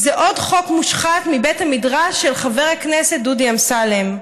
זה עוד חוק מושחת מבית המדרש של חבר הכנסת דודי אמסלם.